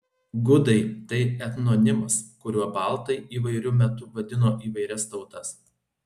gudai tai etnonimas kuriuo baltai įvairiu metu vadino įvairias tautas